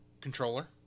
controller